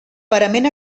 parament